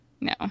No